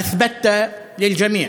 בהיסטוריה שלך,